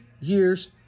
years